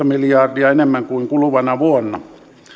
miljardia enemmän kuin kuluvana vuonna